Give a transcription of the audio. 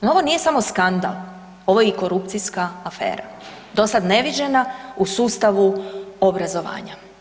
No ovo nije samo skandal, ovo je i korupcijska afera, dosad neviđena u sustavu obrazovanja.